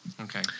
Okay